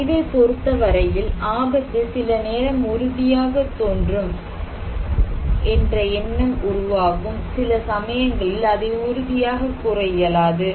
அறிவை பொருத்தவரையில் ஆபத்து சில நேரம் உறுதியாகத் தோன்றும் என்ற எண்ணம் உருவாகும் சில சமயங்களில் அதை உறுதியாக கூற இயலாது